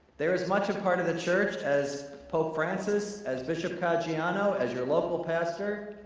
they're as much a part of the church as pope francis, as bishop caggiano, as your local pastor,